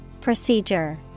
Procedure